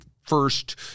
first